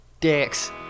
dicks